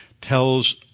tells